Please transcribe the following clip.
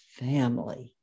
family